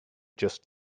just